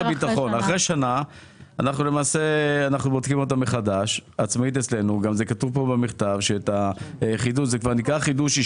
- אלעד 580548741 נוראן- עמותה למתן עזרה במצבי מצוקה והדרכה קהילתית